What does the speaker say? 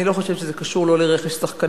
אני לא חושבת שזה קשור לא לרכש שחקנים